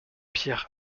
pierre